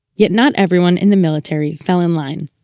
yet not everyone in the military fell in line.